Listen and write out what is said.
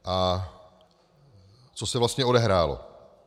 A co se vlastně odehrálo?